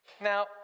Now